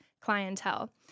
clientele